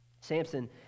Samson